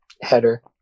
header